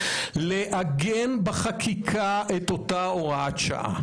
לעגן בחקיקה את אותה הוראת שעה.